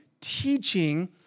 teaching